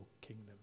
kingdom